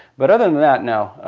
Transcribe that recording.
but other than that, no.